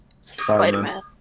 Spider-Man